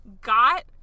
got